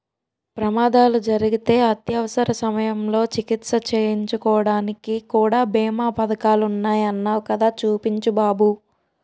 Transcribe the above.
ప్రమాదాలు జరిగితే అత్యవసర సమయంలో చికిత్స చేయించుకోడానికి కూడా బీమా పదకాలున్నాయ్ అన్నావ్ కదా చూపించు బాబు